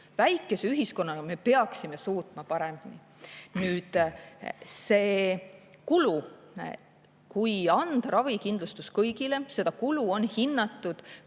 Väikese ühiskonnana me peaksime suutma paremini. Nüüd, see kulu, kui anda ravikindlustus kõigile. Seda kulu on hinnatud näiteks